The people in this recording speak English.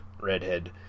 redhead